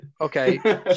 Okay